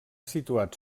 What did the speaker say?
situat